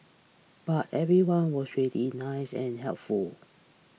but everyone was really nice and helpful